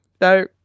No